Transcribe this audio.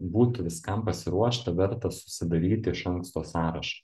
būtų viskam pasiruošta verta susidaryti iš anksto sąrašą